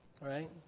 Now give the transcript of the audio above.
Right